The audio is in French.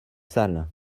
sale